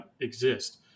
exist